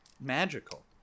magical